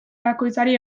bakoitzari